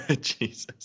jesus